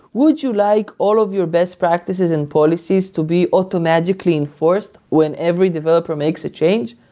would you like all of your best practices and policies to be automatically enforced whenever developer makes a change?